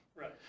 right